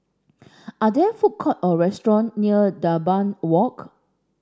are there food court or restaurant near Dunbar Walk